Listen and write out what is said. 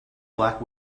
black